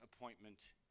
appointment